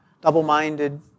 double-minded